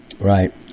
right